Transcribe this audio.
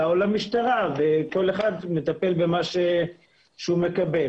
או למשטרה וכל אחד מטפל במה שהוא מקבל.